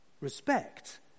respect